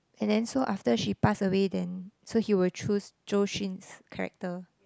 and then so after she pass away then so he will choose Zhou-Xun's character